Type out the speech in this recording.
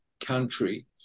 country